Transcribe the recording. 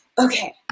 okay